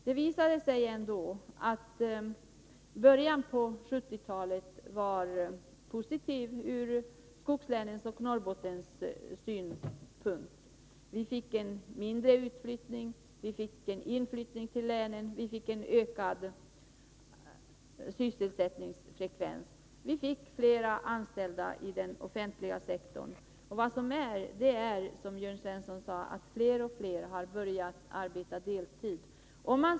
Det visade sig ändå att början av 1970-talet var positiv ur Norrbottens och övriga skogsläns synpunkt. Vi fick mindre utflyttning, vi fick inflyttning, vi fick en ökad sysselsättningsfrekvens, vi fick fler anställda i den offentliga sektorn. Vad som inträffat är, som Jörn Svensson sade, att fler och fler har börjat arbeta deltid.